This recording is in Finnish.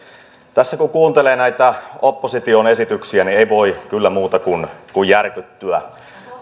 tässä kun kuuntelee näitä opposition esityksiä niin ei voi kyllä muuta kuin kuin järkyttyä